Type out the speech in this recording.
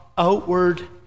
outward